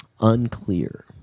Unclear